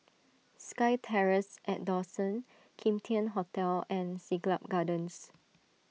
SkyTerrace at Dawson Kim Tian Hotel and Siglap Gardens